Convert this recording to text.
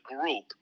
group